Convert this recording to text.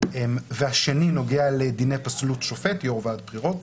השני נוגע לדיני פסלות שופט, יו"ר ועדת הבחירות